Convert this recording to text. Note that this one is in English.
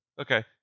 Okay